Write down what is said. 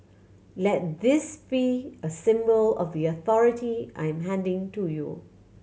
let this be a symbol of the authority I'm handing to you